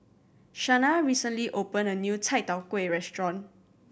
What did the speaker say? Shana recently open a new Chai Tow Kuay restaurant